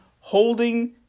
holding